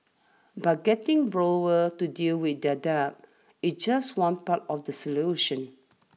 but getting borrowers to deal with their debt is just one part of the solution